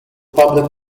public